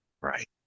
Right